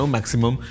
Maximum